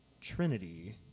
Trinity